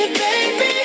baby